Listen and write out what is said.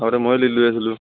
আগতে মই লীড লৈ আছিলোঁ